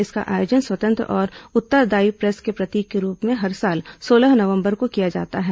इसका आयोजन स्वतंत्र और उत्तरदायी प्रेस के प्रतीक के रूप में हर साल सोलह नवम्बर को किया जाता है